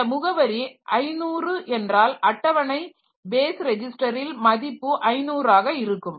இந்த முகவரி 500 என்றால் அட்டவணை பேஸ் ரிஜிஸ்டரில் மதிப்பு 500 ஆக இருக்கும்